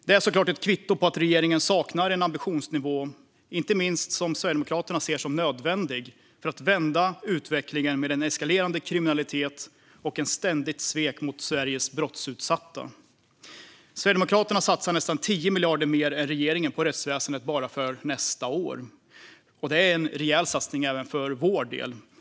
Det är såklart ett kvitto på att regeringen saknar en ambitionsnivå som inte minst Sverigedemokraterna ser som nödvändig för att vända utvecklingen med en eskalerande kriminalitet och ett ständigt svek mot Sveriges brottsutsatta. Sverigedemokraterna satsar nästan 10 miljarder mer än regeringen på rättsväsendet bara för nästa år. Det är en rejäl satsning även för vår del.